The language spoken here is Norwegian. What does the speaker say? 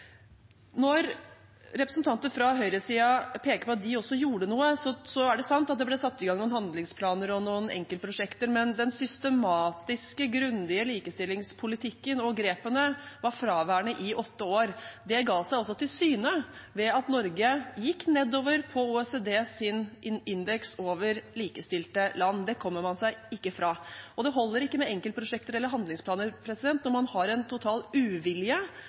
Når representanter fra høyresiden peker på at de også gjorde noe, er det sant at det ble satt i gang noen handlingsplaner og noen enkeltprosjekter. Men den systematiske, grundige likestillingspolitikken og grepene var fraværende i åtte år, og det ga seg til kjenne ved at Norge gikk nedover på OECDs indeks over likestilte land. Det kommer man seg ikke fra. Det holder ikke med enkeltprosjekter eller handlingsplaner når man har en total uvilje